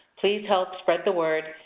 please help spread the word,